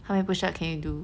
how many push up can you do